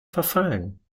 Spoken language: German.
verfallen